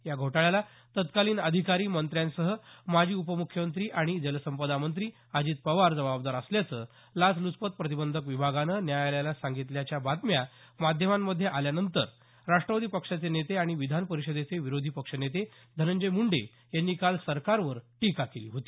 या घोटाळ्याला तत्कालीन अधिकारी मंत्र्यांसह माजी उपमुख्यमंत्री आणि जलसंपदा मंत्री अजित पवार जबाबदार असल्याचं लाचलुचपत प्रतिबंधक विभागानं न्यायालयाला सांगितल्याच्या बातम्या माध्यमांमध्ये आल्यानंतर राष्ट्रवादी पक्षाचे नेते आणि विधान परिषदेचे विरोधी पक्ष नेते धनंजय मुंडे यांनी काल सरकारवर टीका केली होती